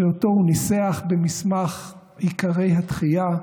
שאותו הוא ניסח במסמך "עיקרי התחייה".